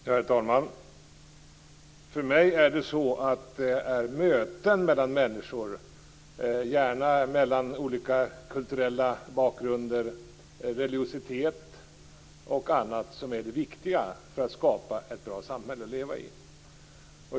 Herr talman! För mig är möten mellan människor, gärna med olika kulturella och religiösa bakgrunder, det viktiga för att man skall kunna skapa ett bra samhälle att leva i.